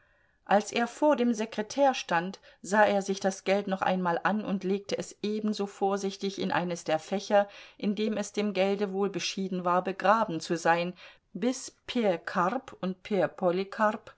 als er vor dem sekretär stand sah er sich das geld noch einmal an und legte es ebenso vorsichtig in eines der fächer in dem es dem gelde wohl beschieden war begraben zu sein bis p karp und p